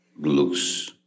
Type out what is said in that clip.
looks